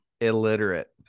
Illiterate